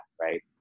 Right